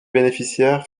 bénéficiaires